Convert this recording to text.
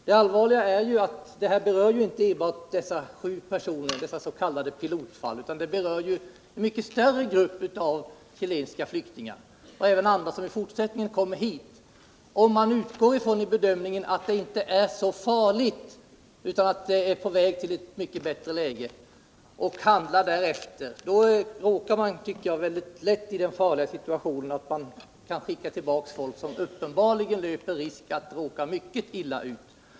Det allvarliga är att regeringens bedömning i dessa fall inte berör enbart de sju personerna, de s.k. pilotfallen, utan en mycket större grupp chilenska flyktingar och även andra som i framtiden kommer hit. Om man utgår från bedömningen att läget nu inte är så farligt utan att det är på väg att väsentligt förbättras och handlar därefter, då hamnar man enligt min mening väldigt lätt iden farliga sitautionen att man skickar tillbaka folk, som uppenbarligen löper risk att råka mycket illa ut.